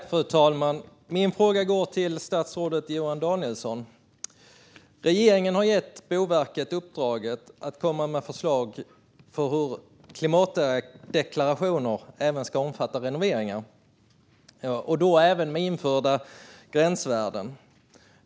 Fru talman! Min fråga går till statsrådet Johan Danielsson. Regeringen har gett Boverket uppdraget att komma med förslag på hur klimatdeklarationer ska kunna omfatta även renoveringar, och då också med införda gränsvärden.